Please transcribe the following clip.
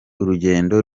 urugendo